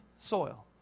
soil